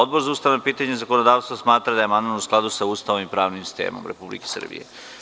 Odbor za ustavna pitanja i zakonodavstvo smatra da je amandman u skladu sa Ustavom i pravnim sistemom Republike Srbije.